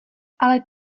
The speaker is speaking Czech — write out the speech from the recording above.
ale